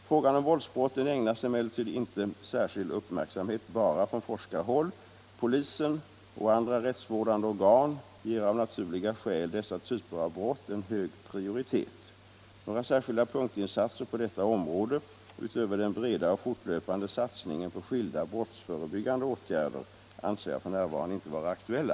Frågan om våldsbrotten ägnas emellertid inte särskild uppmärksamhet bara från forskarhåll. Polisen och andra rättsvårdande organ ger av naturliga skäl dessa typer av brott en hög prioritet. Några särskilda punktinsatser på detta område, utöver den breda och fortlöpande satsningen på skilda brottsförebyggande åtgärder, anser jag f. n. inte vara aktuella.